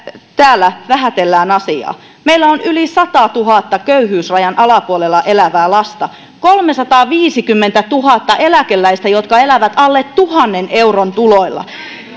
täällä vähätellään asiaa meillä on yli sadantuhannen köyhyysrajan alapuolella elävää lasta kolmesataaviisikymmentätuhatta eläkeläistä jotka elävät alle tuhannen euron tuloilla